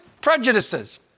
prejudices